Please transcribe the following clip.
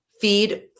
feed